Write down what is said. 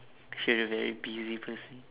if you're a very busy person